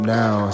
now